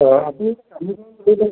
ହଉ ଆପଣ କାଲି କଣ କରୁଛନ୍ତି